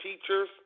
teachers